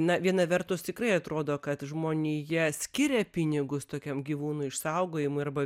na viena vertus tikrai atrodo kad žmonija skiria pinigus tokiam gyvūnui išsaugojimui arba